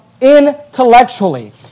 intellectually